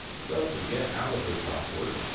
so to get out of this software,